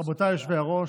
רבותיי היושבים בראש,